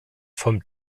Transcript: vom